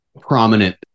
Prominent